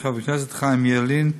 חבר הכנסת חיים ילין,